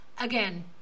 Again